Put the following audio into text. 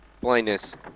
blindness